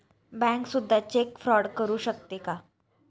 Bank सुद्धा cheque fraud करू शकते का?